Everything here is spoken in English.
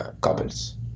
couples